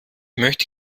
möchte